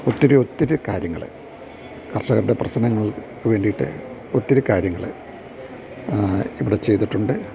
ഒത്തിരിയൊത്തിരി കാര്യങ്ങള് കർഷകരുടെ പ്രശ്നങ്ങൾക്ക് വേണ്ടിയിട്ട് ഒത്തിരി കാര്യങ്ങള് ഇവിടെ ചെയ്തിട്ടുണ്ട്